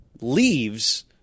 leaves